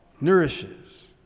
nourishes